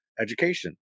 education